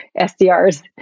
SDRs